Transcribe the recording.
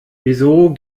wieso